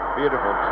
beautiful